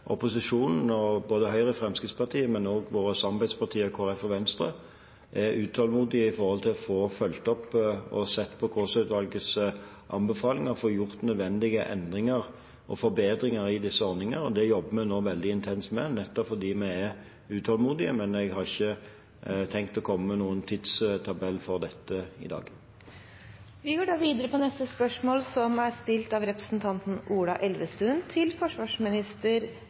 opposisjonen og både Høyre og Fremskrittspartiet, men også våre samarbeidspartier, Kristelig Folkeparti og Venstre, er utålmodige etter å få fulgt opp og sett på Kaasa-utvalgets anbefalinger og få gjort nødvendige endringer og forbedringer i disse ordningene. Det jobber vi nå veldig intenst med nettopp fordi vi er utålmodige, men jeg har ikke tenkt å komme med noen tidstabell for dette i